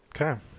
okay